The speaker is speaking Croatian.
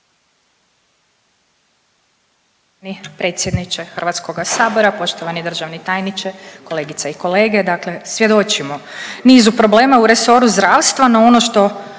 predsjedniče Hrvatskoga sabora, poštovani državni tajniče, kolegice i kolege dakle svjedočimo nizu problema u resoru zdravstva no ono što